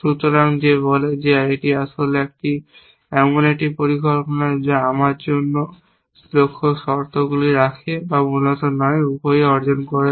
সুতরাং যে বলে যে এটি আসলে এমন একটি পরিকল্পনা যা আমার জন্য লক্ষ্য শর্তগুলি রাখে বা মূলত নয় উভয়ই অর্জন করবে